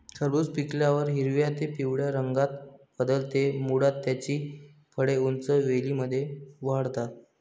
खरबूज पिकल्यावर हिरव्या ते पिवळ्या रंगात बदलते, मुळात त्याची फळे उंच वेलींमध्ये वाढतात